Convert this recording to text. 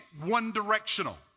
one-directional